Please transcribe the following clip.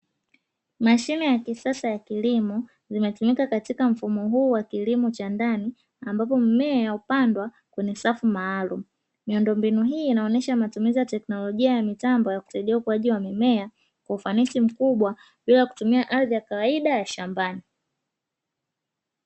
Mashine ya kisasa ya kilimo imetumika katika mfumo huu wa kilimo cha ndani ambapo mmea hupandwa kwenye safu maalumu, miundombinu hii inaonyesha matumizi ya teknolojia ya mitambo ya kusaidia ukuaji wa mimea kwa ufanisi mkubwa bila kutumia ardhi ya kawaida ya shambani.